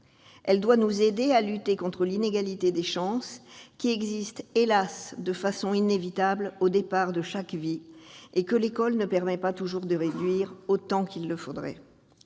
Elle doit nous aider à lutter contre l'inégalité des chances qui existe, hélas, de façon inévitable au départ de chaque vie et que l'école ne permet pas toujours de réduire autant qu'il le faudrait.